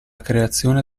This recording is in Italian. creazione